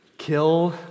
Kill